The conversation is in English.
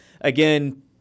again